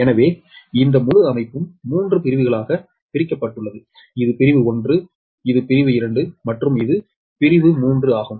எனவே இந்த முழு அமைப்பும் 3 பிரிவுகளாக பிரிக்கப்பட்டுள்ளது இது பிரிவு 1 இது பிரிவு 2 மற்றும் இது பிரிவு 3 ஆகும்